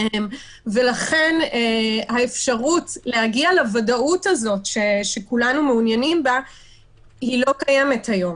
ולכן האפשרות להגיע לוודאות הזאת שכולנו מעוניינים בה לא קיימת היום.